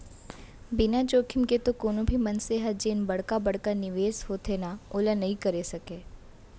बिना जोखिम के तो कोनो भी मनसे ह जेन बड़का बड़का निवेस होथे ना ओला नइ करे सकय